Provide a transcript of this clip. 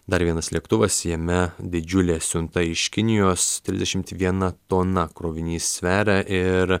dar vienas lėktuvas jame didžiulė siunta iš kinijos trisdešimt viena tona krovinys sveria ir